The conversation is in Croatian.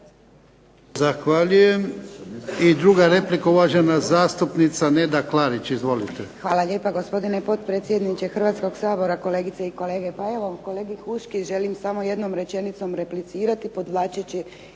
Zahvaljujem. I druga replika, uvažena zastupnica Neda Klarić. Izvolite. **Klarić, Nedjeljka (HDZ)** Hvala lijepa, gospodine potpredsjedniče Hrvatskoga sabora. Kolegice i kolege. Pa evo, kolegi Huški želim samo jednom rečenicom replicirati podvlačeći